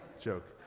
Joke